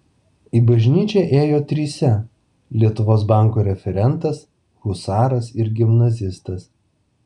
į bažnyčią ėjo trise lietuvos banko referentas husaras ir gimnazistas